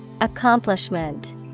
Accomplishment